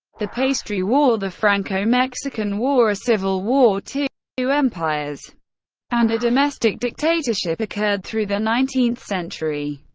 the pastry war, the franco-mexican war, a civil war, two two empires and a domestic dictatorship occurred through the nineteenth century.